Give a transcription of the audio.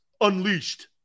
Unleashed